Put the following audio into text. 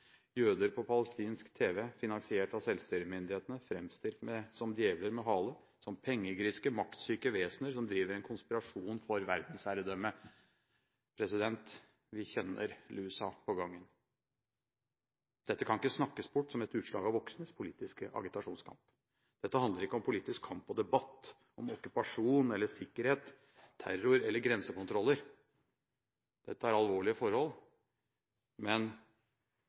Jøder blir på palestinsk tv – finansiert av selvstyremyndighetene – framstilt som djevler med hale, som pengegriske, maktsyke vesener som driver en konspirasjon for verdensherredømme. Vi kjenner lusa på gangen! Dette kan ikke snakkes bort som et utslag av voksnes politiske agitasjonskamp. Dette handler ikke om politisk kamp og debatt, om okkupasjon eller sikkerhet, terror eller grensekontroller. Dette er alvorlige forhold. Men